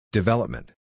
Development